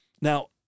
Now